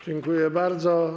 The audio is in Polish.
Dziękuję bardzo.